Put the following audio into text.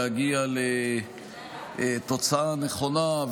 להגיע לתוצאה הנכונה,